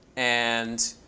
and